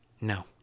No